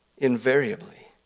invariably